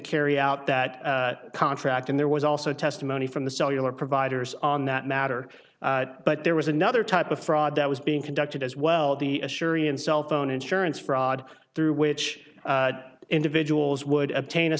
carry out that contract and there was also testimony from the cellular providers on that matter but there was another type of fraud that was being conducted as well the assuring in cell phone insurance fraud through which individuals would obtain a